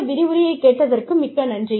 இந்த விரிவுரையைக் கேட்டதற்கு மிக்க நன்றி